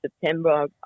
September